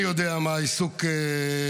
אני יודע מה העיסוק בצה"ל.